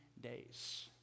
days